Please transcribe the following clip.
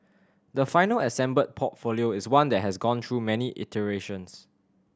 the final assembled portfolio is one that has gone through many iterations